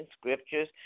scriptures